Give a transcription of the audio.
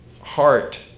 heart